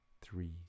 three